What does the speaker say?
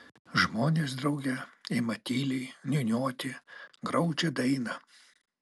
žmonės drauge ima tyliai niūniuoti graudžią dainą